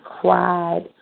cried